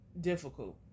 difficult